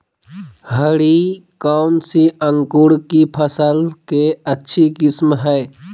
हरी कौन सी अंकुर की फसल के अच्छी किस्म है?